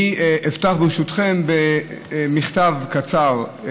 אני אפתח ברשותכם במכתב קצר,